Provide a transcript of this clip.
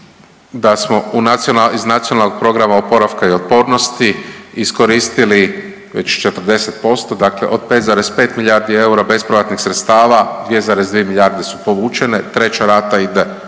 iz Nacionalnog plana oporavka i otpornosti iskoristili već 40%, dakle od 5,5 milijardi eura bespovratnih sredstava, 2,2 milijarde su povućene, 3. rata ide